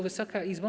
Wysoka Izbo!